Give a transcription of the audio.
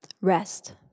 rest